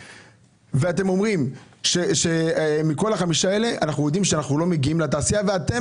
- ואתם אומרים שמכל חמשתם אנחנו יודעים שאנחנו לא מגיעים לתעשייה ואתם